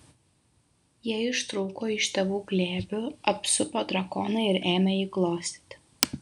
jie ištrūko iš tėvų glėbių apsupo drakoną ir ėmė jį glostyti